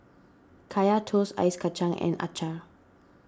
Kaya Toast Ice Kachang and Acar